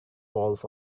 balls